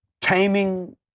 taming